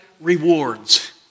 rewards